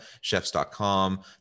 Chefs.com